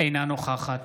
אינה נוכחת